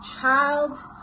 child